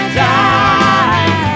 die